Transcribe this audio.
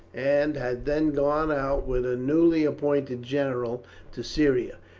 and had then gone out with a newly appointed general to syria.